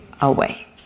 away